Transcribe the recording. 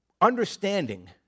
understanding